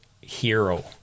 hero